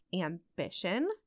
ambition